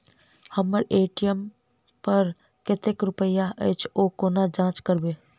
हम्मर ए.टी.एम पर कतेक रुपया अछि, ओ कोना जाँच करबै?